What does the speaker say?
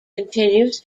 continues